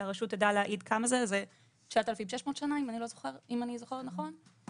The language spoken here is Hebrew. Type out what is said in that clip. שהרשות תדע להעיד כמה זה - זה 9,600 בשנה אם אני זוכרת נכון,